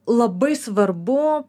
labai svarbu